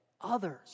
others